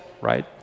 right